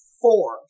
four